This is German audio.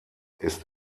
ist